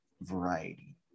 variety